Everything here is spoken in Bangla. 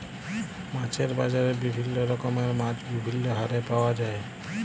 মাছের বাজারে বিভিল্য রকমের মাছ বিভিল্য হারে পাওয়া যায়